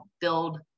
build